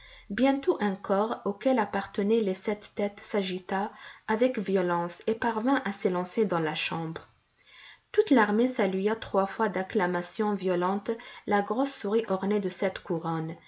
bientôt un corps auquel appartenaient les sept têtes s'agita avec violence et parvint à s'élancer dans la chambre toute l'armée salua trois fois d'acclamations violentes la grosse souris ornée de sept couronnes